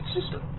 system